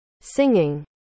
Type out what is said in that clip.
Singing